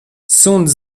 suns